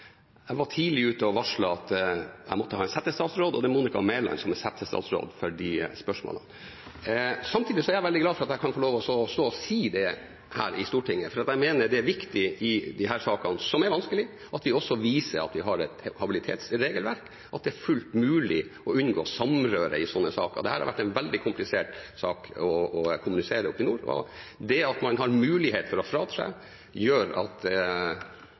Jeg var tidlig ute og varslet at jeg måtte ha en settestatsråd, og det er Monica Mæland som er settestatsråd for disse spørsmålene. Samtidig er jeg veldig glad for at jeg kan få lov til å stå og si det her i Stortinget, for jeg mener det er viktig i disse sakene, som er vanskelige, at vi også viser at vi har et habilitetsregelverk, at det er fullt mulig å unngå samrøre i slike saker. Dette har vært en veldig komplisert sak å kommunisere i nord, og det at man har mulighet til å fratre, gjør at